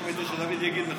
דוד יגיד לך,